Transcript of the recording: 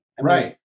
Right